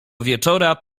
wieczora